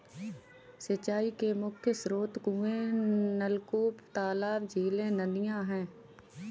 सिंचाई के मुख्य स्रोत कुएँ, नलकूप, तालाब, झीलें, नदियाँ हैं